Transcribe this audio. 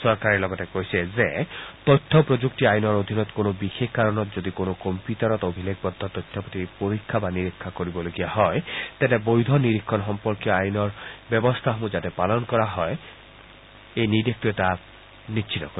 চৰকাৰে লগতে কৈছে যে তথ্য প্ৰযুক্তি আইনৰ অধীনত কোনো বিশেষ কাৰণত যদি কোনো কম্পিউটাৰত অভিলেখবদ্ধ তথ্যপাতি পৰীক্ষা বা নিৰীক্ষণ কৰিবলগীয়া হয় তেন্তে বৈধ নিৰীক্ষণ সম্পৰ্কীয় আইনৰ ব্যৱস্থাসমূহ যাতে পালন কৰা হয় ্সএই নিৰ্দেশটোৱে তাক সুনিশ্চিত কৰিব